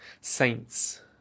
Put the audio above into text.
Saints